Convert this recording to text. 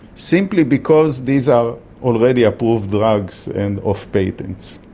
simply because these are already approved drugs and off patent.